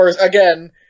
Again